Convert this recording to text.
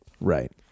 right